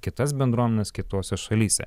kitas bendruomenes kitose šalyse